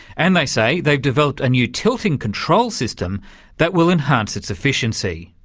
and they say they've developed a new tilting control system that will enhance its efficiency.